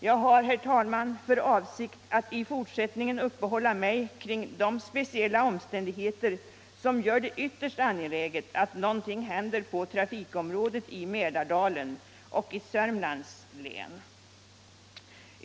Jag har, herr talman, för avsikt att i fortsättningen uppehålla mig vid de speciella omständigheter som gör det ytterst angeläget att någonting händer på trafikområdet i Mälardalen och i Södermanlands län.